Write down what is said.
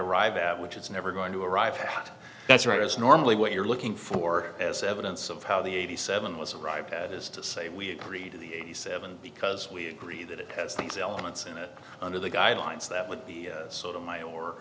arrive at which is never going to arrive but that's right as normally what you're looking for as evidence of how the eighty seven was arrived at is to say we agreed to the eighty seven because we agree that it has these elements and that under the guidelines that would be sort of my or